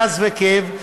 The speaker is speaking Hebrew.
כעס וכאב,